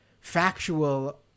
factual